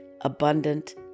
abundant